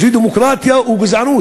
זו דמוקרטיה או גזענות?